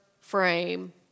frame